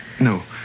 No